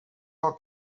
del